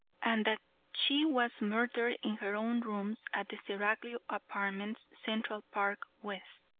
and that she was murdered in her own rooms, at the seraglio apartments, central park west.